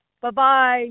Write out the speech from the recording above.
Bye-bye